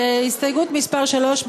הסתייגות מס' 3,